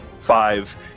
five